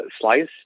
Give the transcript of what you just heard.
slice